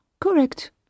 Correct